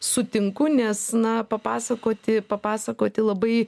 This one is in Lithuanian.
sutinku nes na papasakoti papasakoti labai